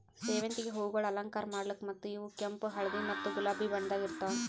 ಸೇವಂತಿಗೆ ಹೂವುಗೊಳ್ ಅಲಂಕಾರ ಮಾಡ್ಲುಕ್ ಮತ್ತ ಇವು ಕೆಂಪು, ಹಳದಿ ಮತ್ತ ಗುಲಾಬಿ ಬಣ್ಣದಾಗ್ ಇರ್ತಾವ್